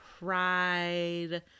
Pride